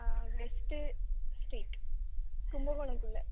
ஆ west street Kumbakonam குள்ளே